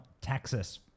texas